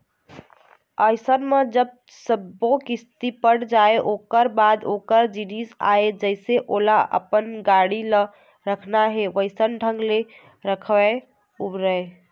अइसन म जब सब्बो किस्ती पट जाय ओखर बाद ओखर जिनिस आय जइसे ओला अपन गाड़ी ल रखना हे वइसन ढंग ले रखय, बउरय